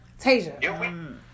Tasia